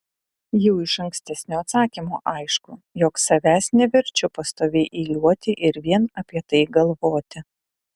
jau iš ankstesnio atsakymo aišku jog savęs neverčiu pastoviai eiliuoti ir vien apie tai galvoti